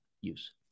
use